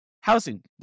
housing